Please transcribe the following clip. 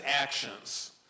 actions